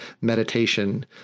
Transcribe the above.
meditation